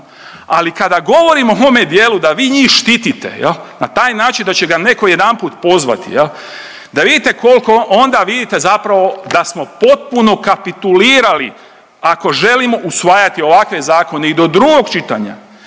Ali kada govorimo o ovome dijelu da vi njih štitite, na taj način da će ga netko jedanput pozvati, je li, da vidite koliko, onda vidite zapravo da smo potpuno kapitulirali ako želimo usvajati ovakve zakone i do drugog čitanja,